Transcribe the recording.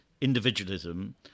individualism